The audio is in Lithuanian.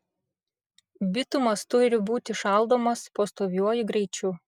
bitumas turi būti šaldomas pastoviuoju greičiu